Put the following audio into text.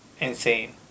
insane